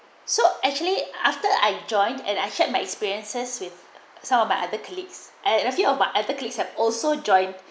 so actually after I joined and I shared my experiences with some of my other and a few of my have also joined